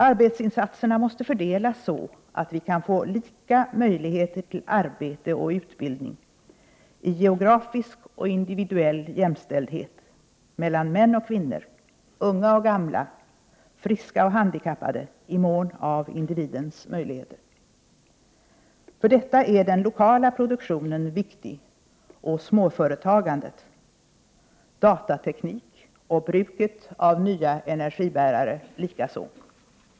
Arbetsinsatserna måste fördelas så att vi kan få lika möjligheter till arbete och utbildning i geografisk och individuell jämställdhet, mellan män och kvinnor, unga och gamla, friska och handikappade i mån av individens möjligheter. För detta är den lokala produktionen viktig liksom småföretagandet, datateknik och bruket av nya energibärare likaså.